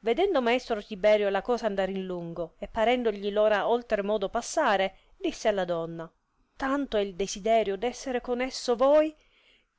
vedendo maestro tiberio la cosa andar in lungo e parendogli ora oltre modo passare disse alla donna tanto è il desiderio d'esser con esso voi